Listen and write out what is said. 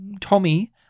Tommy